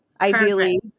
ideally-